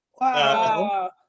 Wow